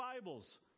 Bibles